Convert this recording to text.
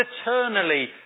eternally